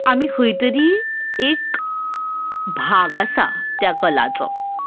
आमी खंय तरी एक भाग आसा त्या कलाचो